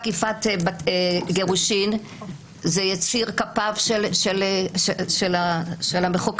אכיפת גירושים זה יציר כפיו של המחוקק,